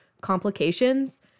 complications